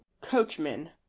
Coachman